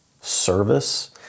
service